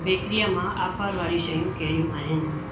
बेकरीअ मां आफर वारियूं शयूं कहिड़ियूं आहिनि